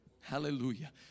Hallelujah